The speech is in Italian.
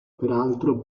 peraltro